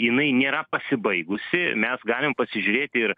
jinai nėra pasibaigusi mes galim pasižiūrėt ir